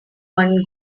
one